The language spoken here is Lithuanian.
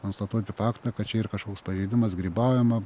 konstatuoti faktą kad čia ir kažkoks pažeidimas grybaujama